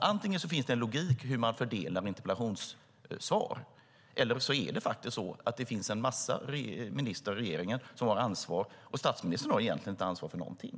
Antingen finns det en logik i hur man fördelar interpellationssvar, eller också är det så att en massa ministrar i regeringen har ansvar och statsministern inte har ansvar för någonting.